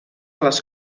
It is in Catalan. les